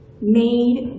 made